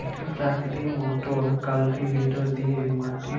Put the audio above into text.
এক প্রকৃতির motor cultivator দিয়ে মাটি